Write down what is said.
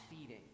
feeding